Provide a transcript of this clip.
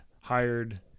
hired